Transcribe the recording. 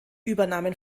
übernahmen